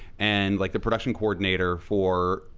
and, like, the production coordinator for,